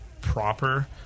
proper